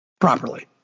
properly